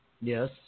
Yes